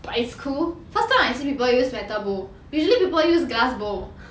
but it's cool first time I see people use metal bowl usually people use glass bowl